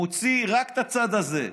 מוציא רק את הצד הזה.